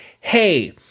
hey